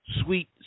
sweet